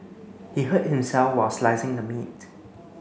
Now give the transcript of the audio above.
he hurt himself while slicing the meat